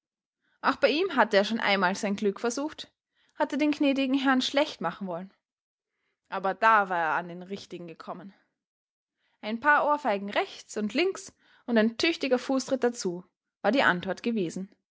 auch bei ihm hatte er schon einmal sein glück versucht hatte den gnädigen herrn schlecht machen wollen aber da war er an den richtigen gekommen ein paar ohrfeigen rechts und links und ein tüchtiger fußtritt dazu war die antwort gewesen